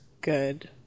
good